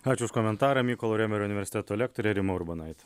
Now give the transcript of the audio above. ačiū už komentarą mykolo riomerio universiteto lektorė rima urbonaitė